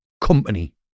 company